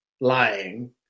lying